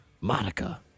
Monica